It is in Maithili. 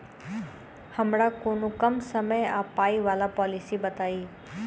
हमरा कोनो कम समय आ पाई वला पोलिसी बताई?